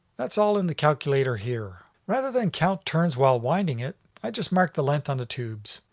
that's all in the calculator here. rather than count turns while winding it, i just mark the length on the tubes.